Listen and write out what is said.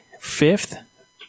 Fifth